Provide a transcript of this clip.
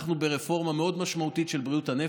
אנחנו ברפורמה מאוד משמעותית של בריאות הנפש,